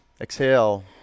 exhale